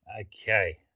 Okay